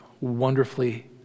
wonderfully